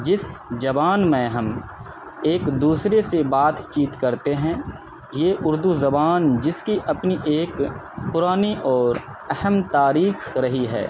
جس زبان میں ہم ایک دوسرے سے بات چیت کرتے ہیں یہ اردو زبان جس کی اپنی ایک پرانی اور اہم تاریخ رہی ہے